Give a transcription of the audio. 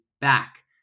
back